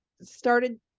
started